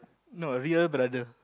no real brother